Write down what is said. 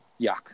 yuck